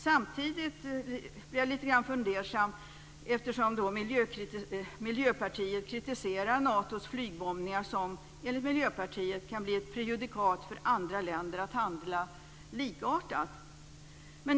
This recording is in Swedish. Samtidigt blir jag lite fundersam då man kritiserar Natos flygbombningar, som enligt Miljöpartiet kan bli ett prejudikat för andra länder som vill handla likartat.